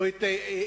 או את הטנקים,